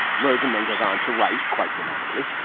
rosen then goes on to write quite dramatically.